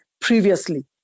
previously